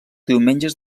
diumenges